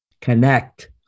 Connect